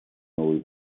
новой